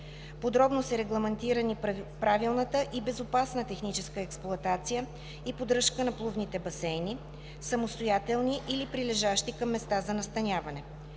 Подробно са регламентирани правилната и безопасна техническа експлоатация и поддръжка на плувните басейни – самостоятелни или прилежащи към места за настаняване.